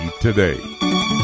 Today